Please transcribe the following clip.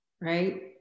right